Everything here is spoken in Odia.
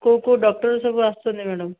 କେଉଁ କେଉଁ ଡକ୍ଟର ସବୁ ଆସୁଛନ୍ତି ମ୍ୟାଡାମ୍